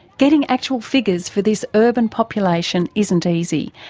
getting actual figures for this urban population isn't easy,